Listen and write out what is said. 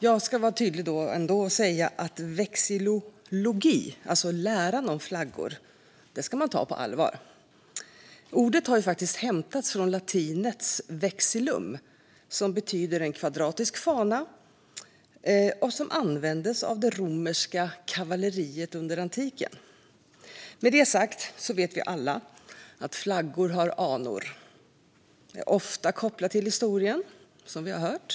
Jag vill vara tydlig med att vexillologi, läran om flaggor, är något man ska ta på allvar. Ordet kommer från latinets vexillum - en kvadratisk fana som användes av det romerska kavalleriet under antiken. Med det sagt vet vi alla att flaggor har anor och är kopplade till historien, som vi hört i debatten.